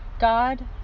God